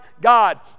God